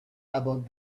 about